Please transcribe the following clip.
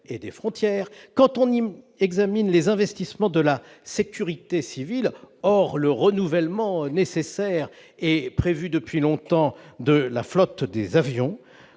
et des frontières quand on him examine les investissements de la sécurité civile, or le renouvellement nécessaire est prévu depuis longtemps de la flotte des avions